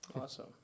Awesome